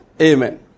Amen